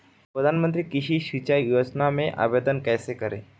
प्रधानमंत्री कृषि सिंचाई योजना में आवेदन कैसे करें?